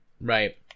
Right